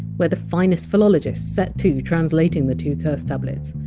where the finest philologists set to translating the two curse tablets.